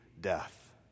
death